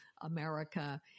America